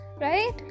right